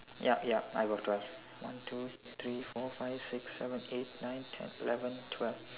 ya ya I got twelve one two three four five six seven eight nine ten eleven twelve